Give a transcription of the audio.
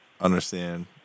understand